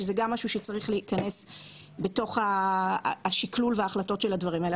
שזה גם משהו שצריך להיכנס בתוך השקלו וההחלטות של הדברים האלה.